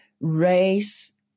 race